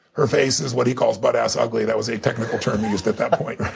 her face is what he calls butt ass ugly that was a technical term he used at that point.